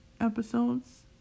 episodes